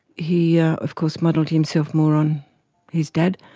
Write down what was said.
he of course modelled himself more on his dad,